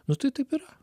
nu tai taip yra